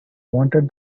wanted